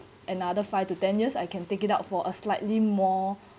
another five to ten years I can take it out for a slightly more